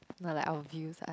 not like our views are